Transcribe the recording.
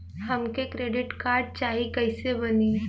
हमके credit card चाही कैसे बनी?